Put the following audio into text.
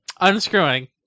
unscrewing